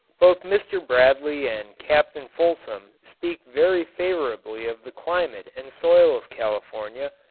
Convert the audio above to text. both mr. bradley and captain fulsom speak very favourably of the climate and soil of california,